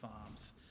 farms